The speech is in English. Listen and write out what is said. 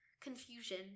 confusion